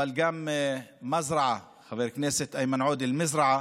אבל גם מזרעה, חבר כנסת איימן עודה, מזרעה